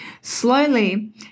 Slowly